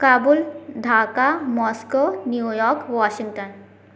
Kabul Dhaka Moscow New York Washington